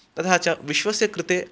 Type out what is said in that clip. तथा च विश्वस्य कृते